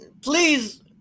please